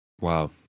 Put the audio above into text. Wow